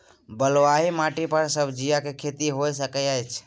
बलुआही माटी पर सब्जियां के खेती होय सकै अछि?